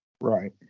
Right